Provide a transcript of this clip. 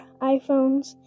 iphones